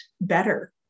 better